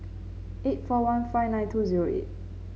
eight four one five nine two zero eight